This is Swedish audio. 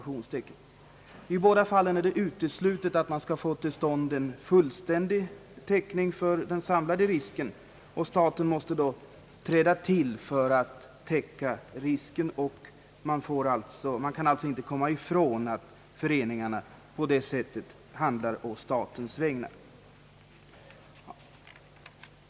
I båda fallen är det uteslutet att få till stånd en fullständig täckning för den samlade risken. Staten måste då träda till för att täcka denna och man kan alltså inte komma ifrån att föreningarna på det sättet kommer att handla på statens vägnar.